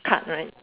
cut right